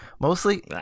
Mostly